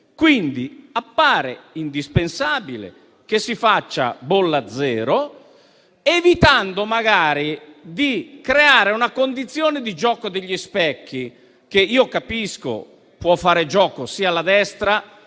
Quindi appare indispensabile che si faccia bolla zero, evitando magari di creare una condizione di gioco degli specchi, che io capisco possa fare gioco sia alla destra,